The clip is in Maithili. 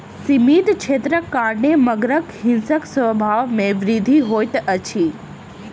सीमित क्षेत्रक कारणेँ मगरक हिंसक स्वभाव में वृद्धि होइत अछि